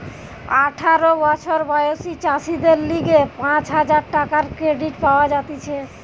আঠারো বছর বয়সী চাষীদের লিগে পাঁচ হাজার টাকার ক্রেডিট পাওয়া যাতিছে